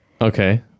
Okay